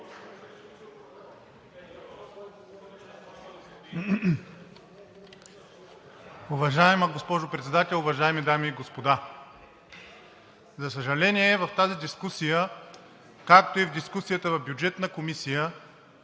Уважаема госпожо Председател, уважаеми дами и господа! За съжаление, в тази дискусия, както и в дискусията в Бюджетна комисия,